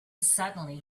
suddenly